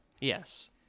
Yes